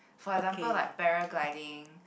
for example like paragliding